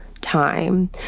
time